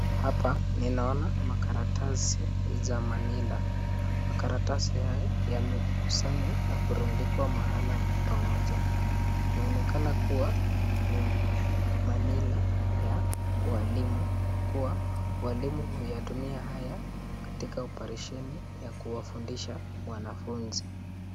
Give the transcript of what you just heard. Hapa ninaona karatasi za manila karatasi haya yamekunywa na kurudikwa mahali pamoja yaonekana kuwa ni manila ya walimu kuwa walimu huyatumia katika operesheni ya kuwafunza wanafunzi.